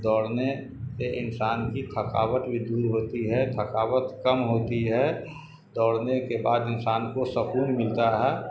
دوڑنے سے انسان کی تھکاوٹ بھی دور ہوتی ہے تھکاوٹ کم ہوتی ہے دوڑنے کے بعد انسان کو سکون ملتا ہے